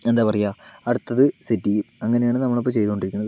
എന്താ പറയുക അടുത്തത് സെറ്റ് ചെയ്യും അങ്ങനെയാണ് നമ്മൾ ഇപ്പോൾ ചെയ്തുകൊണ്ടിരിക്കണത്